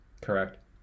Correct